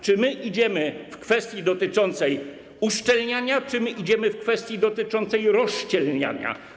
Czy my idziemy w kwestii dotyczącej uszczelniania, czy my idziemy w kwestii dotyczącej rozszczelniania?